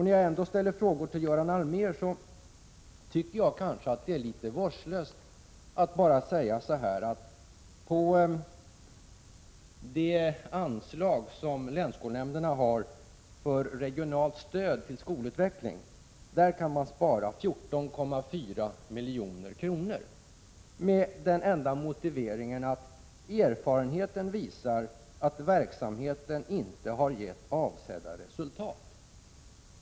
När jag ändå ställer frågor till Göran Allmér vill jag tillägga att jag tycker att det är litet vårdslöst att bara säga, att på de anslag som länsskolnämnderna har för regionalt stöd till skolutveckling kan man spara 14,4 milj.kr., med den enda motiveringen att erfarenheten visar att verksamheten inte har gett avsedda resultat.